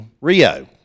Rio